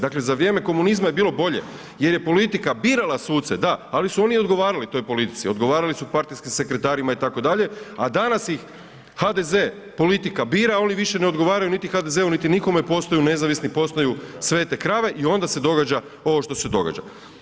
Dakle za vrijeme komunizma je bilo bolje jer je politika birala suce, da, ali su oni odgovarali toj politici, odgovarali su partijskim sekretarima itd. a danas ih HDZ politika bira ali oni više ne odgovaraju niti HDZ-u niti nikome, postaju nezavisni, postaju svete krave i onda se događa ovo što se događa.